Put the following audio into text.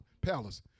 palace